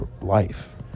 life